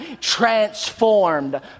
transformed